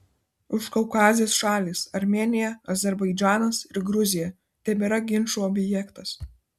užkaukazės šalys armėnija azerbaidžanas ir gruzija tebėra ginčų objektas